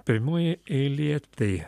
pirmoje eilėje tai